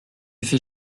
fais